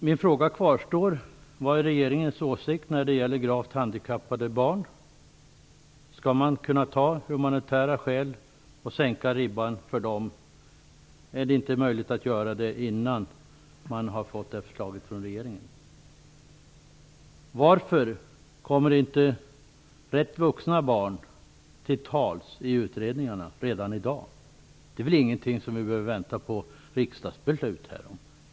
Min fråga kvarstår: Vad är regeringens åsikt när det gäller gravt handikappade barn? Skall man kunna ta humanitära hänsyn och sänka ribban för dem? Är det inte möjligt att göra det innan regeringens förslag läggs fram? Varför kommer inte ganska vuxna barn till tals i utredningarna redan i dag? I fråga om detta behöver man väl inte vänta på riksdagsbeslut?